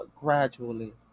gradually